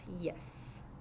Yes